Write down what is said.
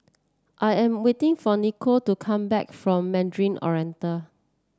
I am waiting for Nikole to come back from Mandarin Oriental